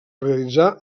realitzar